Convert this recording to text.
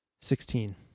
Sixteen